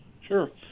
Sure